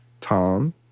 Tom